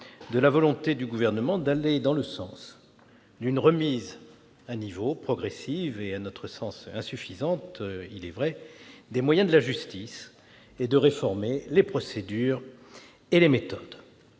de la volonté du Gouvernement d'aller dans le sens d'une remise à niveau progressive- à notre sens insuffisante, il est vrai -des moyens de la justice et de réformer les procédures et les méthodes.